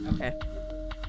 okay